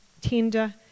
tender